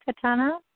Katana